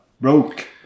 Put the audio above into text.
broke